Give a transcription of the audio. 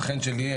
השכן שלי,